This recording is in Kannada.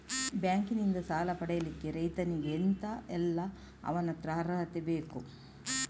ಬ್ಯಾಂಕ್ ನಿಂದ ಸಾಲ ಪಡಿಲಿಕ್ಕೆ ರೈತನಿಗೆ ಎಂತ ಎಲ್ಲಾ ಅವನತ್ರ ಅರ್ಹತೆ ಬೇಕು?